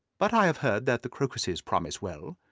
but i have heard that the crocuses promise well,